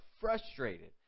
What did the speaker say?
frustrated